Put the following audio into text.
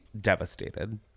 devastated